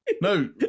No